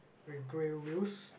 with grey wheels